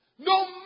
No